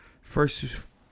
first